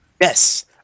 Yes